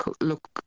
look